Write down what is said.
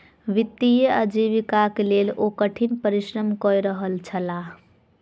वित्तीय आजीविकाक लेल ओ कठिन परिश्रम कय रहल छलाह